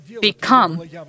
become